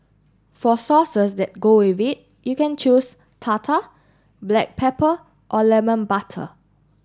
for sauces that go with it you can choose tartar black pepper or lemon butter